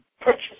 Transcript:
purchase